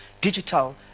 digital